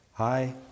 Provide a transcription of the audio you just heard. Hi